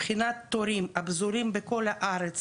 מבחינת תורים הפזורים בכל הארץ